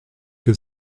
que